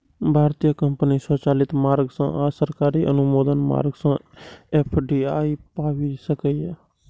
भारतीय कंपनी स्वचालित मार्ग सं आ सरकारी अनुमोदन मार्ग सं एफ.डी.आई पाबि सकैए